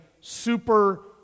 super